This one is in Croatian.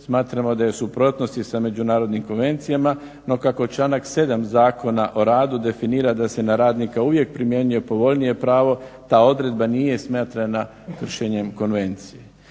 smatramo da je u suprotnosti sa međunarodnim konvencijama, no kako članak 7. Zakona o radu definira da se na radnika uvijek primjenjuje povoljnije pravo ta odredba nije smatrana kršenjem konvencije.